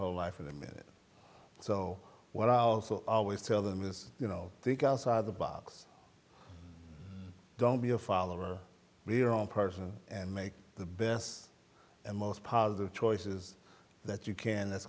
whole life for the minute so what i also always tell them is you know think outside the box don't be a follower we're all person and make the best and most positive choices that you can that's